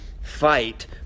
fight